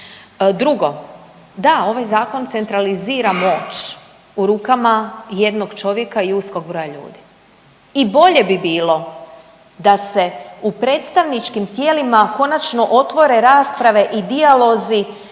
Drugo, da ovaj zakon centralizira moć u rukama jednog čovjeka i uskog broja ljudi i bolje bi bilo da se u predstavničkim tijelima konačno otvore rasprave i dijalozi